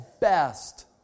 best